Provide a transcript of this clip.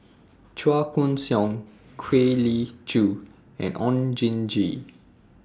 Chua Koon Siong Kwek Leng Joo and Oon Jin Gee